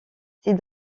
c’est